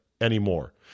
anymore